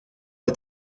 est